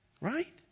Right